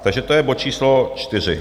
Takže to je bod číslo 4.